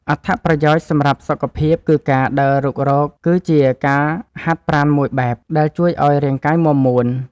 អត្ថប្រយោជន៍សម្រាប់សុខភាពគឺការដើររុករកគឺជាការហាត់ប្រាណមួយបែប ដែលជួយឱ្យរាងកាយមាំមួន។